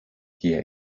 hier